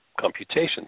computations